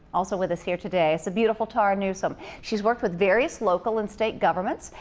also with us here today is the beautiful tara newsom. she's worked with various local and state governments,